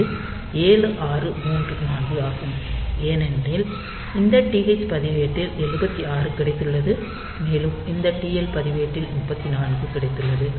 இது 7634 ஆகும் ஏனெனில் இந்த TH பதிவேட்டில் 76 கிடைத்துள்ளது மேலும் இந்த TL பதிவேட்டில் 34 கிடைத்துள்ளது